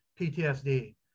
PTSD